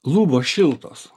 lubos šiltos